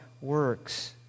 Works